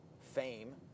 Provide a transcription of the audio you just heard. fame